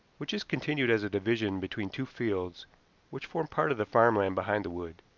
which is continued as a division between two fields which form part of the farm land behind the wood.